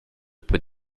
peut